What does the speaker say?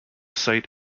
site